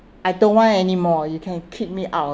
I don't want anymore you can kick me out of